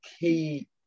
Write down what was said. key